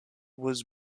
was